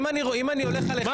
אני בעד שנמגר את התופעה הזאת לאפס.